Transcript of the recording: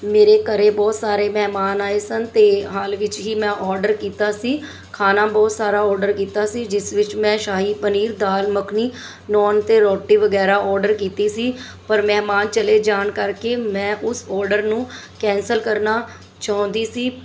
ਮੇਰੇ ਘਰ ਬਹੁਤ ਸਾਰੇ ਮਹਿਮਾਨ ਆਏ ਸਨ ਅਤੇ ਹਾਲ ਵਿੱਚ ਹੀ ਮੈਂ ਔਡਰ ਕੀਤਾ ਸੀ ਖਾਣਾ ਬਹੁਤ ਸਾਰਾ ਔਡਰ ਕੀਤਾ ਸੀ ਜਿਸ ਵਿੱਚ ਮੈਂ ਸ਼ਾਹੀ ਪਨੀਰ ਦਾਲ ਮੱਖਣੀ ਨਾਨ ਅਤੇ ਰੋਟੀ ਵਗੈਰਾ ਔਡਰ ਕੀਤੀ ਸੀ ਪਰ ਮਹਿਮਾਨ ਚਲੇ ਜਾਣ ਕਰਕੇ ਮੈਂ ਉਸ ਔਡਰ ਨੂੰ ਕੈਂਸਲ ਕਰਨਾ ਚਾਹੁੰਦੀ ਸੀ